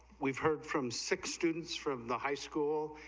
we've heard from six students from the high school,